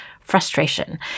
frustration